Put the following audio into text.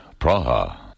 Praha